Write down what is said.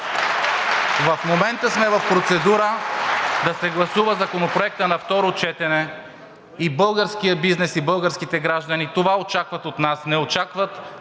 В момента сме в процедура Законопроектът да се гласува на второ четене – българският бизнес и българските граждани това очакват от нас. Не очакват